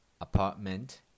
apartment